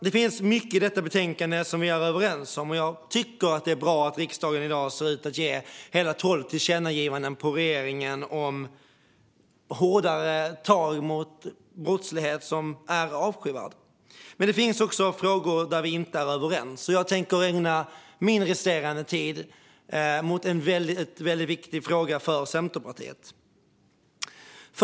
Det finns mycket i detta betänkande som vi är överens om, och jag tycker att det är bra att riksdagen i dag ser ut att göra tolv tillkännagivanden till regeringen om hårdare tag mot avskyvärd brottslighet. Men det finns också frågor där vi inte är överens, och jag tänker ägna min resterande tid åt en fråga som är väldigt viktig för Centerpartiet.